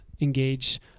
engage